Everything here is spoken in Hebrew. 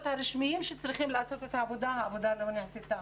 הרשמיים שצריכים לעשות את העבודה לא עשו את העבודה.